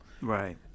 Right